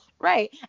right